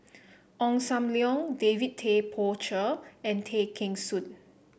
Ong Sam Leong David Tay Poey Cher and Tay Kheng Soon